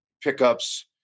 pickups